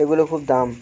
এগুলো খুব দাম